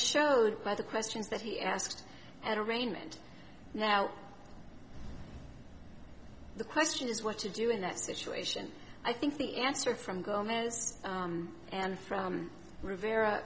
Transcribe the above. showed by the questions that he asked at arraignment now the question is what to do in that situation i think the answer from gomez and from rivera